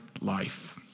life